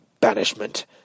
banishment